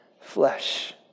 flesh